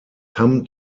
tam